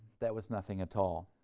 that was nothing at all.